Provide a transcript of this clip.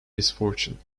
misfortune